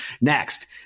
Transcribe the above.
Next